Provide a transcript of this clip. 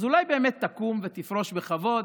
אז אולי באמת תקום ותפרוש בכבוד.